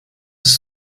ist